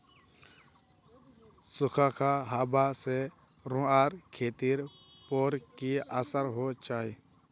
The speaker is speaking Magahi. सुखखा हाबा से रूआँर खेतीर पोर की असर होचए?